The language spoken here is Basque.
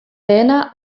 lehena